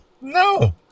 No